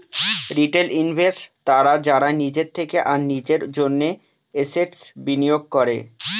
retail investors তারা যারা নিজের থেকে আর নিজের জন্য এসেটস বিনিয়োগ করে